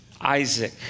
Isaac